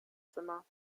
zimmer